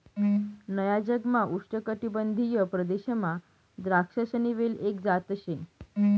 नया जगमा उष्णकाटिबंधीय प्रदेशमा द्राक्षसनी वेल एक जात शे